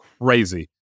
crazy